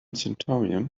centurion